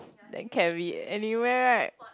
then can be anywhere right